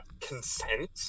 consent